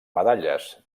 medalles